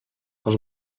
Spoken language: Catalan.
els